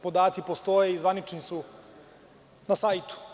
Podaci postoje i zvanični su na sajtu.